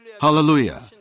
Hallelujah